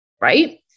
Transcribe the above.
right